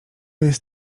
jest